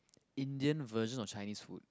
Indian version of Chinese food